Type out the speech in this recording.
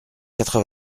quatre